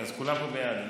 שכולם פה בעד.